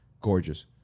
Gorgeous